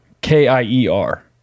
K-I-E-R